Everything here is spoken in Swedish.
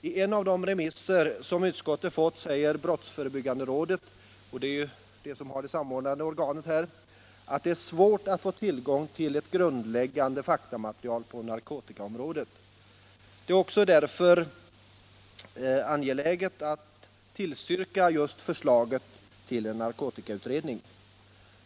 I ett av de remissvar som utskottet har fått säger brottsförebyggande rådet, som är det samordnande organet i detta sammanhang, att det är svårt att få tillgång till ett grundläggande faktamaterial på narkotikaområdet. Därför är det angeläget att tillstyrka just förslaget om en narkotikautredning.